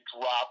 drop